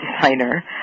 designer